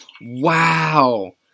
Wow